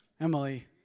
Emily